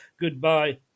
goodbye